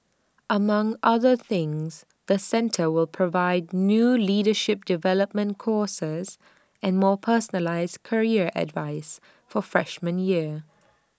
among other things the centre will provide new leadership development courses and more personalised career advice for freshman year